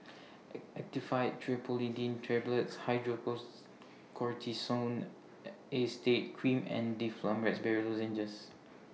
Actifed Triprolidine Tablets Acetate Cream and Difflam Raspberry Lozenges